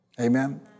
Amen